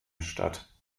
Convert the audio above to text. statt